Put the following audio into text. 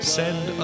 send